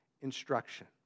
instruction